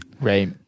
Right